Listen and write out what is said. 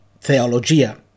theologia